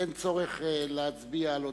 אין צורך להצביע על ההודעות.